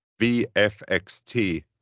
VFXT